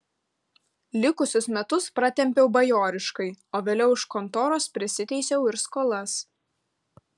likusius metus pratempiau bajoriškai o vėliau iš kontoros prisiteisiau ir skolas